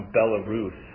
Belarus